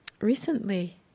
recently